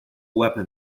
weapon